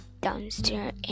downstairs